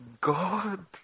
God